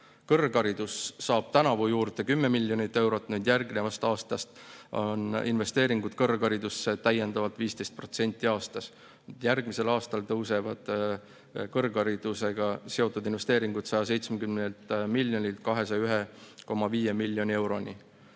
Kõrgharidus saab tänavu juurde 10 miljonit eurot. Järgnevast aastast on investeeringud kõrgharidusse täiendavalt 15% aastas. Järgmisel aastal tõusevad kõrgharidusega seotud investeeringud 170 miljonilt 201,5 miljoni euroni.